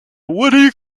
woody